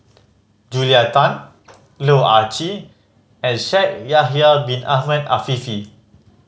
Julia Tan Loh Ah Chee and Shaikh Yahya Bin Ahmed Afifi